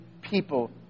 people